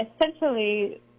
essentially